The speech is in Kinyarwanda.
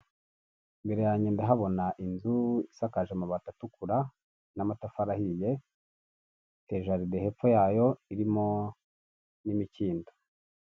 Imbere yanjye ndahabona inzu isakaje amabati atukura n'amatafari ahiye ifite jaride hepfo yayo irimo n'imikindo.